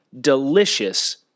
delicious